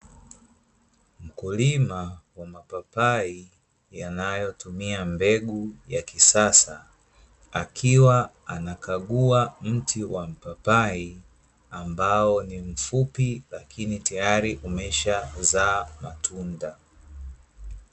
Mkulima wa mapapai yanayo tumia mbegu ya kisasa akiwa anakagua mti wa mpapai ambao ni mfupi lakini tayari umesha zaa matunda.